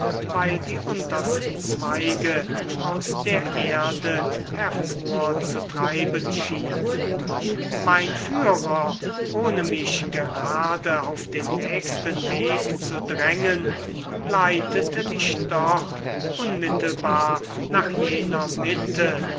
weil die untersten zweige aus der erde hervorzutreiben schienen mein führer ohne mich gerade auf den nächsten weg zu drängen leitete mich doch unmittelbar nach jener mitte